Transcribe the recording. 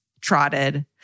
trotted